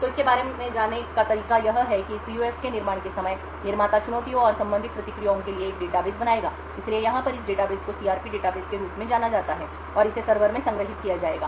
तो इसके बारे में जाने का तरीका यह है कि इस PUF के निर्माण के समय निर्माता चुनौतियों और संबंधित प्रतिक्रियाओं के लिए एक डेटाबेस बनाएगा इसलिए यहाँ पर इस डेटाबेस को CRP डेटाबेस के रूप में जाना जाता है और इसे सर्वर में संग्रहीत किया जाएगा